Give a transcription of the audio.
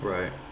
Right